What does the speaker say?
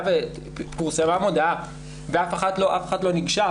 היה ופורסמה מודעה ואף אחת לא ניגשה,